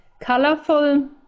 colorful